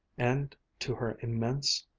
and to her immense,